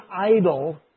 idol